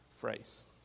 phrase